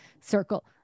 circle